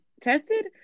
tested